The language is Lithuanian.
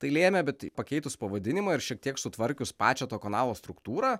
tai lėmė bet pakeitus pavadinimą ir šiek tiek sutvarkius pačią to kanalo struktūrą